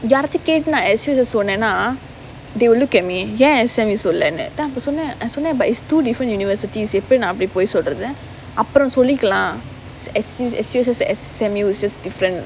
யாராச்சும் கேட்டு நான்:yaraachum kettu naan S_U_S சொன்னேனா:sonnaennaa they will look at me ya S_M_U சொல்லன்னு தான் இப்ப சொன்னேன் சொன்னேன்:sollannu thaan ippa sonnaen sonnaen but it's two different universities எப்ப நான் அப்படி பொய் சொல்றது அப்புறம் சொல்லிக்கலாம்:eppa naan appadi poi solrathu appuram sollikkalaam S_U_S S_U_S S_M_U is just different